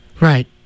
Right